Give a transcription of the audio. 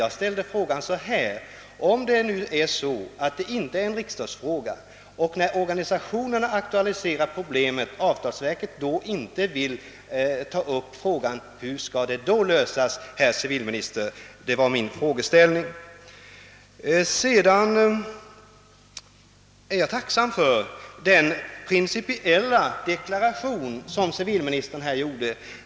Jag ställde nämligen frågan på följande sätt: Hur skall problemet lösas om nu detta inte är någon riksdagsfråga och organisationerna har aktualiserat spörsmålet men avtalsverket inte vill ta upp det? Jag är vidare tacksam över den principiella deklaration som civilministern gjorde.